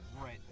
right